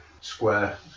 square